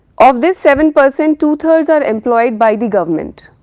of this seven percent, two thirds are employed by the government.